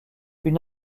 une